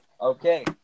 Okay